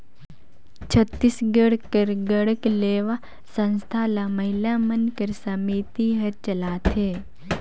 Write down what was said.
छत्तीसगढ़ कर गढ़कलेवा संस्था ल महिला मन कर समिति हर चलाथे